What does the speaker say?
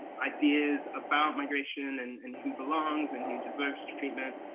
ideas about migration, and and who belongs, and who deserves treatment,